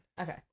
Okay